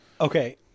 Okay